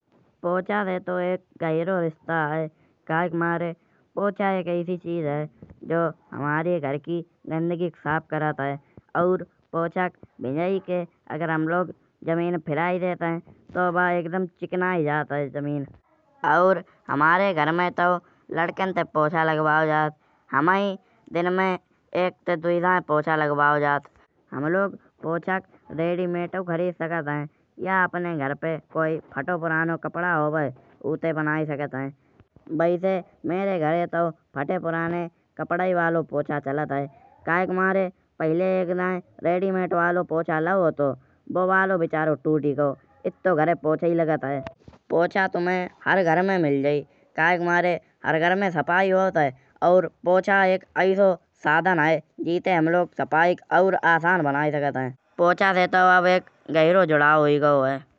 पोचा से तउ एक गहीरो हिस्सा है। काहे के मारे पोचा एक ऐसी चीज है। जो हमारे घर की गंदगी को साफ करत है। और पोचा भीजाई के अगर हम लोग जमीन पे फिराई देत है। तउ वइक दम चिकनाये जात है जमीन। और हमारे घर में तउ लड़कन ते पोचा लगवाओ जात। हमई दिन में एक ते दुई दाए पोचा लगवाओ जात। हम लोग पोचा रेडी मताऊ खरीद सकत है। या अपने घर पे कोई फाटो पुरानो कपड़ा होवाए। ऊते बनाये सकत है। वैसे घराए तो फटे पुराने कपड़ाई वालों पोचा चलत है। काहे के मारे पहिले एक दाए रेडीमेट वालो पोचा लाओ हतो। बाओ बालो बिचारो टूटी गओ। इत्ती घराए पोचाई लागत है। पोचा तुम्हाए हर घराए मिल जाई। काहे के मारे हर घर में सफाई होत है। और पोचा एक ऐसो साधन है। जिते हम लोग सफाई और आसान बनाये सकत है। पोचा से तउ अब एक गहीरो जुड़ाव हुई गओ है।